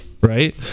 Right